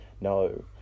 no